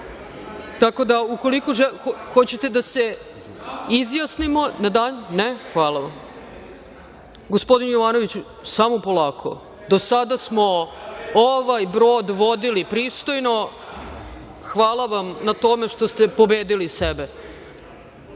nam standardi. Hoćete da se izjasnimo? Ne. Hvala. Gospodine Jovanović, samo polako, do sada smo ovaj broj vodili pristojno. Hvala vam na tome što ste pobedili sebe,